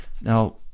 Now